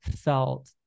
felt